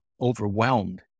overwhelmed